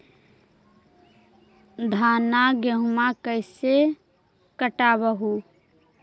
धाना, गेहुमा कैसे कटबा हू?